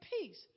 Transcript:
peace